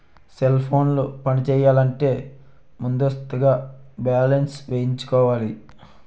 cell ఫోన్లు పనిచేయాలంటే ముందస్తుగా బ్యాలెన్స్ వేయించుకోవాలి